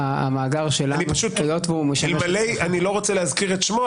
אני לא רוצה להזכיר את שמו,